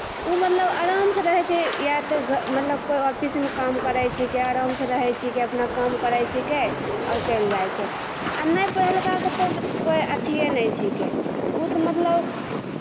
ओ मतलब अराम सऽ रहै छै या तऽ मतलब कोइ औफिसमे काम करै छिकै अराम सऽ रहै छिकै अपना काम करै छिकै आओर चलि जाइ छै आ नहि पढ़लकाके तऽ कोइ अथिये नहि छिकै ओ तऽ मतलब